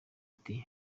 iti